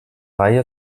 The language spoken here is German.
reihe